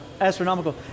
astronomical